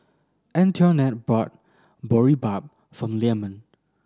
Antoinette bought Boribap for Leamon